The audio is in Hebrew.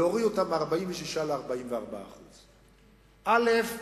להוריד אותם מ-46% ל-44% א.